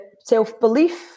self-belief